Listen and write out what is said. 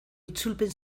itzulpen